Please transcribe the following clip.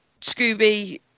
Scooby